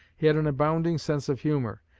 he had an abounding sense of humor,